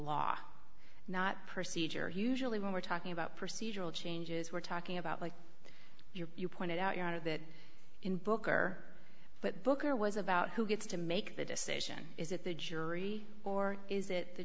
law not percy chair usually when we're talking about procedural changes we're talking about like your you pointed out you know that in booker but booker was about who gets to make the decision is it the jury or is it the